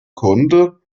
konnte